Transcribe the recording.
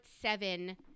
seven